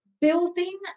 building